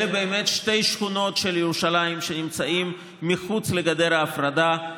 אלה באמת שתי שכונות של ירושלים שנמצאות מחוץ לגדר ההפרדה,